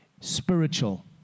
spiritual